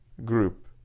group